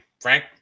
Frank